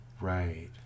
Right